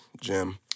Jim